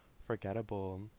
forgettable